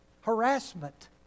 harassment